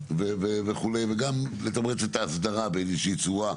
וכו' וגם לתמרץ את ההסדרה באיזה שהיא צורה,